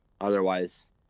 otherwise